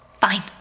Fine